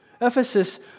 Ephesus